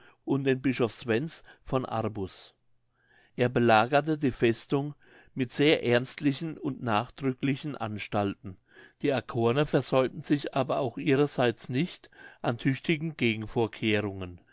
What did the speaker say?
und den bischof swens von arbuß er belagerte die festung mit sehr ernstlichen und nachdrücklichen anstalten die arkoner versäumten sich aber auch ihrer seits nicht an